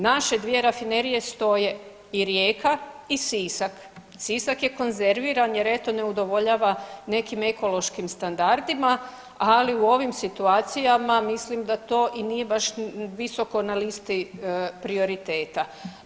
Naše dvije rafinerije stoje i Rijeka i Sisak, Sisak je konzerviran jer eto ne udovoljava nekim ekološkim standardima, ali u ovim situacijama mislim da to i nije baš visoko na listi prioriteta.